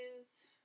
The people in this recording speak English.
is-